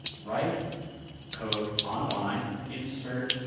write code online, insert,